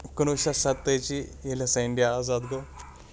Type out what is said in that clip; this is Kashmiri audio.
کُنہٕ وُہ شَتھ سَتٲجی ییٚلہِ ہسا اِنٛڈیا آزاد گوٚو